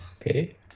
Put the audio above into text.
Okay